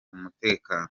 umutekano